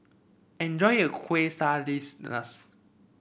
enjoy your Quesadillas